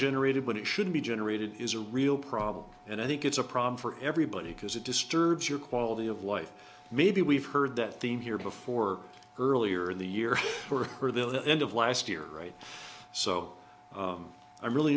generated when it should be generated is a real problem and i think it's a problem for everybody because it disturbs your quality of life maybe we've heard that theme here before earlier in the year for her the end of last year right so i'm really